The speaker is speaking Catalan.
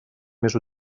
més